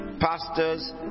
pastors